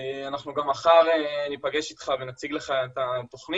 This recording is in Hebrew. אנחנו גם מחר ניפגש איתך ונציג לך את התוכנית